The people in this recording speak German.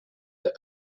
der